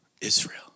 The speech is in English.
Israel